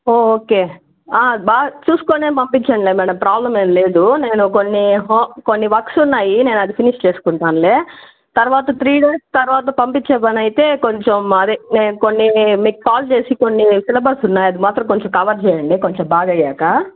ఓ okay బాగా చూసుకునే పంపించండిలే మేడం ప్రాబ్లెమ్ ఏమి లేదు నేను కొన్ని హా కొన్ని వర్క్స్ ఉన్నాయి నేను అది ఫినిష్ చేసుకుంటానులే తర్వాత త్రీ డేస్ తర్వాత పంపించే పని ఐతే కొంచెం అదే నేను కొన్ని మీకు కాల్ చేసి కొన్ని సిలబస్ ఉన్నాయి అవి మాత్రం కొంచెం కవర్ చేయండి కొంచెం బాగయ్యాక